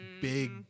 big